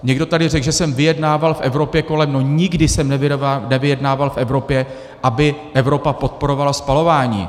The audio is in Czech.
Někdo tady řekl, že jsem vyjednával v Evropě kolem no nikdy jsem nevyjednával v Evropě, aby Evropa podporovala spalování.